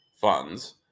funds